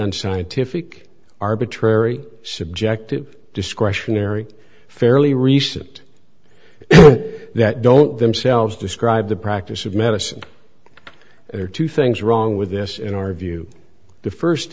unscientific arbitrary subjective discretionary fairly recent that don't themselves describe the practice of medicine and are two things wrong with this in our view the first